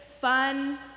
fun